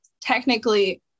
technically